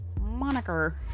Moniker